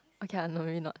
okay lah not really not